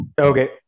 Okay